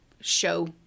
show